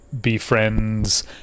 befriends